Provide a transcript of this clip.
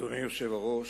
אדוני היושב-ראש,